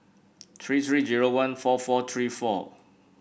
three three zero one four four three four